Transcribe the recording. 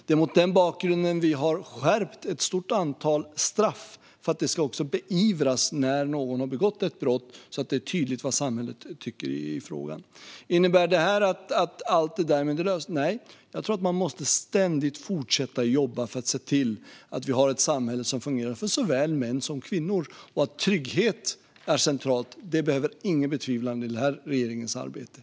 Det är också mot denna bakgrund som vi har skärpt ett stort antal straff för att det ska beivras när någon har begått ett brott. Det ska vara tydligt vad samhället tycker i frågan. Innebär detta att allt därmed är löst? Nej. Jag tror att man ständigt måste jobba för att se till att vi har ett samhälle som fungerar för såväl män som kvinnor. Att trygghet är centralt i regeringens arbete behöver ingen betvivla.